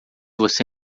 você